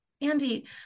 Andy